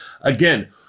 Again